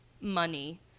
money